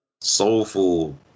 soulful